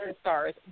stars